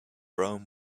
rome